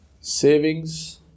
savings